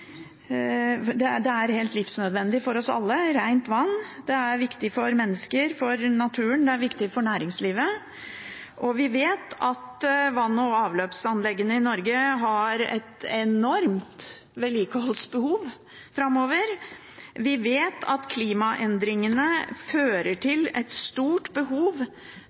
forslag. Rent vann er helt livsnødvendig for oss alle. Det er viktig for mennesker, for naturen, det er viktig for næringslivet, og vi vet at vann- og avløpsanleggene i Norge har et enormt vedlikeholdsbehov framover. Vi vet at klimaendringene fører til et stort behov